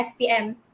SPM